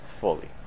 fully